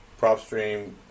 propstream